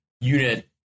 unit